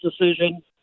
decision